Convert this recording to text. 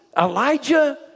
Elijah